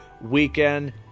weekend